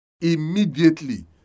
immediately